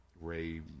Ray